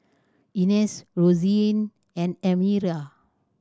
Inez Roseann and Elmyra